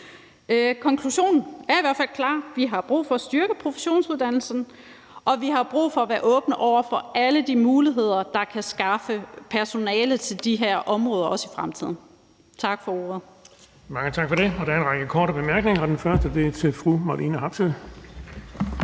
Konklusionen er i hvert fald klar. Vi har brug for at styrke professionsuddannelserne, og vi har brug for at være åbne over for alle de muligheder, der kan skaffe personale til de her områder, også i fremtiden. Tak for ordet. Kl. 17:50 Den fg. formand (Erling Bonnesen): Mange tak for det. Der er en række korte bemærkninger, og den første er til fru Marlene Harpsøe.